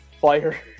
fire